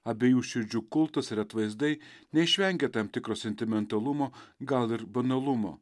abiejų širdžių kultas ir atvaizdai neišvengia tam tikro sentimentalumo gal ir banalumo